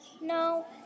No